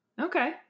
Okay